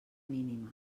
mínima